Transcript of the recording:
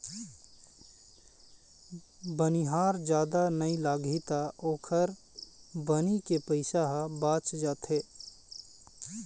बनिहार जादा नइ लागही त ओखर बनी के पइसा ह बाच जाथे